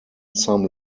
some